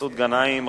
מסעוד גנאים,